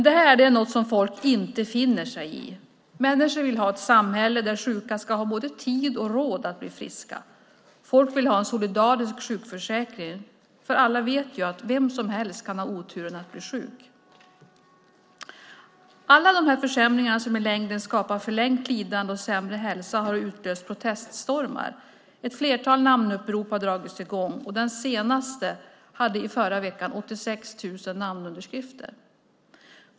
Det är något som folk inte finner sig i. Människor vill ha ett samhälle där sjuka ska ha både tid och råd att bli friska. Folk vill ha en solidarisk sjukförsäkring. Alla vet ju att vem som helst kan ha oturen att bli sjuk. Alla de här försämringarna, som i längden skapar förlängt lidande och sämre hälsa, har utlöst proteststormar. Ett flertal namnupprop har dragits i gång. Det senaste hade förra veckan 86 000 namnunderskrifter.